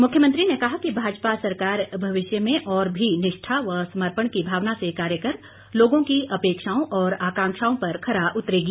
मुख्यमंत्री ने कहा कि भाजपा सरकार भविष्य में और भी निष्ठा व समर्पण की भावना से कार्य कर लोगों की अपेक्षाओं और आकांक्षाओं पर खरा उतरेगी